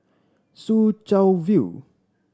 Soo Chow View